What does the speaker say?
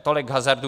Tolik k hazardu.